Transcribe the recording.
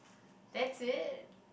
that's it